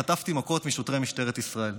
חטפתי מכות משוטרי משטרת ישראל.